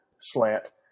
slant